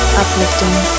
uplifting